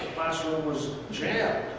classroom was jammed.